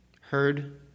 heard